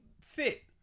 fit